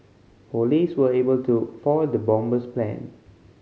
police were able to foil the bomber's plan